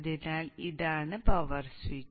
അതിനാൽ ഇതാണ് power switch